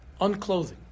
unclothing